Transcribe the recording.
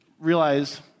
realize